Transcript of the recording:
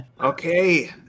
okay